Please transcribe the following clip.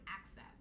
access